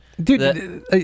Dude